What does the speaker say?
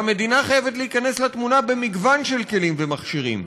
והמדינה חייבת להיכנס לתמונה במגוון של כלים ומכשירים,